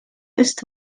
ist